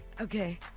Okay